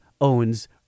owns